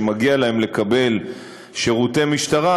שמגיע להם לקבל שירותי משטרה,